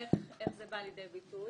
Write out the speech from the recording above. איך זה בא לידי ביטוי?